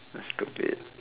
that's stupid